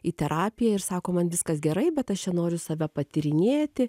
į terapiją ir sako man viskas gerai bet aš čia noriu save patyrinėti